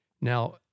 Now